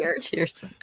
Cheers